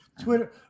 twitter